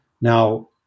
Now